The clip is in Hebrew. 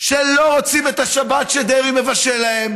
שלא רוצים את השבת שדרעי מבשל להם